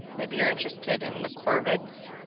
maybe you're interested in the corvids.